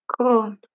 cool